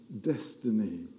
destiny